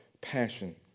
passion